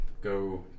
go